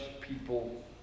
people